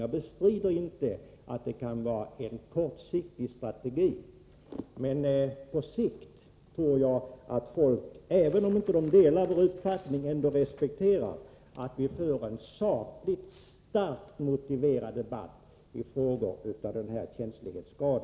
Jag bestrider inte att detta kan vara en kortsiktig strategi. Men på sikt tror jag att människor —- även om de inte delar vår uppfattning — respekterar att vi för en saklig, starkt motiverad debatt i frågor av denna känslighetsgrad.